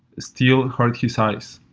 still hurt his eyes.